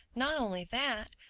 not only that,